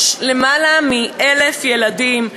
יש למעלה מ-1,000 ילדים,